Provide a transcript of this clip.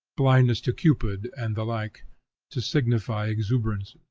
blindness to cupid, and the like to signify exuberances.